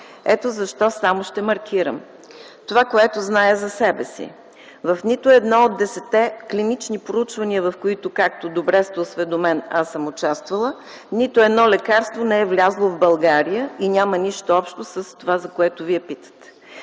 Ето защо само ще маркирам това, което зная за себе си. В нито едно от 10-те клинични проучвания, в които, както добре сте осведомен, аз съм участвала, нито едно лекарство не е влязло в България и няма нищо общо с това, за което Вие питате.